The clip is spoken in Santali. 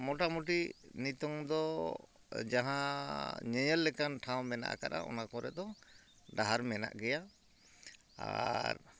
ᱢᱚᱴᱟᱢᱩᱴᱤ ᱱᱤᱛᱚᱝ ᱫᱚ ᱡᱟᱦᱟᱸ ᱧᱮᱧᱮᱞ ᱞᱮᱠᱟᱱ ᱴᱷᱟᱶ ᱢᱮᱱᱟᱜ ᱠᱟᱫᱟ ᱚᱱᱟᱠᱚᱨᱮ ᱫᱚ ᱰᱟᱦᱟᱨ ᱢᱮᱱᱟᱜ ᱜᱮᱭᱟ ᱟᱨ